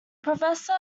professor